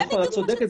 את צודקת.